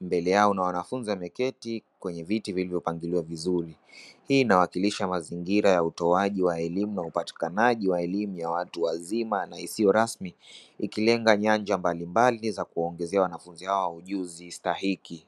mbele yao kuna wanafunzi wameketi kwenye viti vilivyopangiliwa vizuri. Hii inawakilisha mazingira ya utoaji wa elimu na hupatikanaji wa elimu ya watu wazima na isiyo rasmi ikilenga nyanja mbalimbali za kuwaongezea wanafunzi hawa ujuzi stahiki.